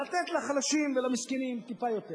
ולתת לחלשים ולמסכנים טיפה יותר.